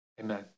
Amen